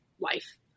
life